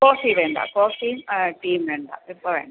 coffee വേണ്ട കോഫിയും ടീയും വേണ്ട ഇപ്പം വേണ്ട